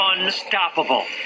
Unstoppable